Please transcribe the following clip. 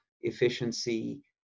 efficiency